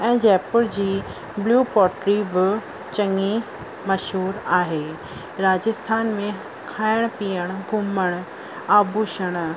ऐं जयपुर जी blue pottery बि चङी मशहूर आहे राजस्थान में खाइणु पीअणु घुमणु आभूषण